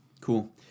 cool